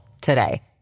today